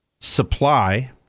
supply